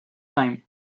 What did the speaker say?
time